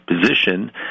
position